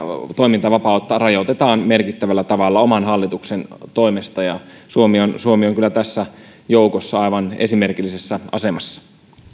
toimintavapautta rajoitetaan merkittävällä tavalla oman hallituksen toimesta suomi on suomi on kyllä tässä joukossa aivan esimerkillisessä asemassa